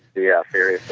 yeah seriously,